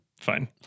Fine